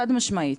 חד משמעית.